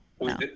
no